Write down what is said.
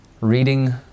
reading